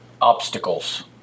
obstacles